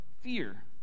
fear